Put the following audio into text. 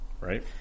right